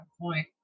point